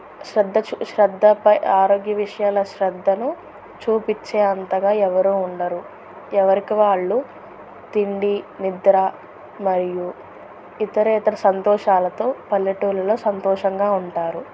శ్రద్ధ శ్రద్ధపై ఆరోగ్య విషయాల శ్రద్ధను చూపించే అంతగా ఎవరూ ఉండరు ఎవరికి వాళ్ళు తిండి నిద్ర మరియు ఇతర ఇతర సంతోషాలతో పల్లెటూర్లలో సంతోషంగా ఉంటారు